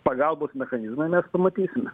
pagalbos mechanizmai mes pamatysime